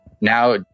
Now